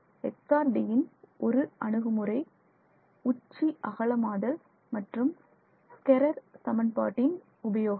XRD யின் ஒரு அணுகுமுறை உச்சி அகலமாதல் மற்றும் ஸ்கெரர் சமன்பாட்டின் உபயோகம்